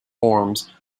forms